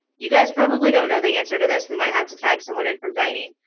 you guys probably don't know the answer to this. we might have to tag someone in from dining,